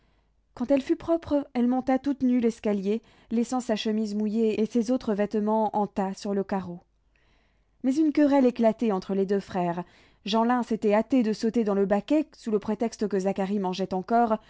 quand elle fut propre elle monta toute nue l'escalier laissant sa chemise mouillée et ses autres vêtements en tas sur le carreau mais une querelle éclatait entre les deux frères jeanlin s'était hâté de sauter dans le baquet sous le prétexte que zacharie mangeait encore